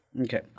Okay